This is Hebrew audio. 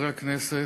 חברי הכנסת,